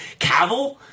Cavill